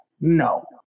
No